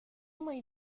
muy